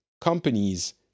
companies